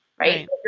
Right